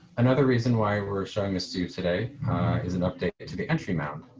another reason why we're showing this to you today is an update to the country mountain.